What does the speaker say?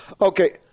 Okay